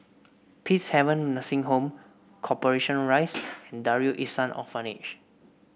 Peacehaven Nursing Home Corporation Rise and Darul Ihsan Orphanage